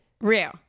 Real